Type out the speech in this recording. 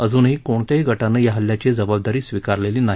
अजूनही कोणत्याही गटाने या हल्ल्याची जबाबदारी स्वीकारली नाही